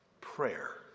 prayer